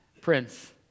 Prince